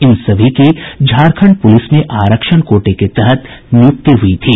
इन सभी की झारखंड पुलिस में आरक्षण कोटे के तहत नियुक्ति हुई थी